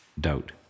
doubt